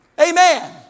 Amen